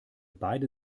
beide